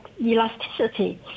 elasticity